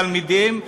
התלמידים,